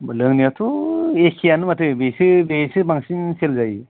लोंनायाथ' एखेआनो माथो बेसो बेसो बांसिन सेल जायो